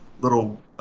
little